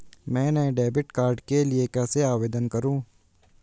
मैं नए debit card के लिए कैसे आवेदन करूं?